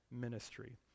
ministry